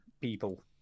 people